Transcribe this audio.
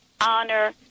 honor